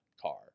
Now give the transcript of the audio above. car